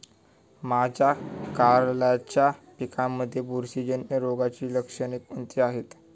माझ्या कारल्याच्या पिकामध्ये बुरशीजन्य रोगाची लक्षणे कोणती आहेत?